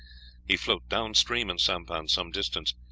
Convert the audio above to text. he float down stream in sampan some distance,